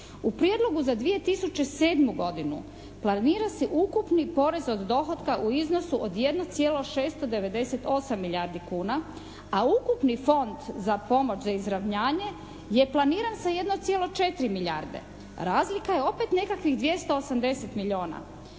U Prijedlogu za 2007. godinu planira se ukupni porez od dohotka u iznosu od 1,698 milijardi kuna, a ukupni Fond za pomoć za izravnanje je planiran sa 1,4 milijarde. Razlika je opet nekakvih 280 milijuna.